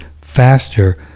faster